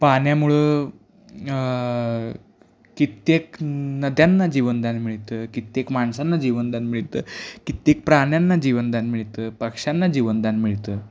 पाण्यामुळं कित्येक नद्यांना जीवनदान मिळतं कित्येक माणसांना जीवनदान मिळतं कित्येक प्राण्यांना जीवनदान मिळतं पक्ष्यांना जीवनदान मिळतं